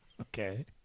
okay